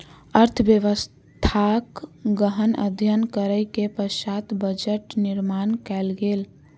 अर्थव्यवस्थाक गहन अध्ययन करै के पश्चात बजट निर्माण कयल गेल